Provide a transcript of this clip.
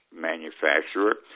manufacturer